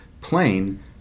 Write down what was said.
plane